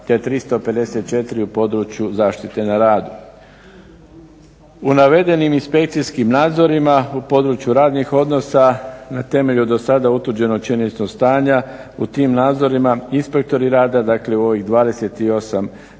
te 354 u području zaštite na radu. U navedenim inspekcijskim nadzorima u području radnih odnosa na temelju do sada utvrđenog činjeničnog stanja u tim nadzorima inspektori rada, dakle u ovih 28